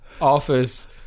office